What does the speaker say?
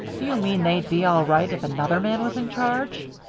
do you mean they'd be all right if another man was in charge?